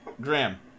Graham